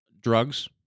drugs